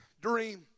dream